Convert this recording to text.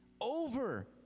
over